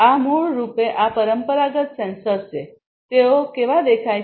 આ મૂળરૂપે આ પરંપરાગત સેન્સર્સ છે તેઓ કેવા દેખાય છે